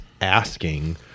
asking